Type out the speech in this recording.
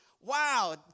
wow